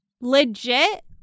legit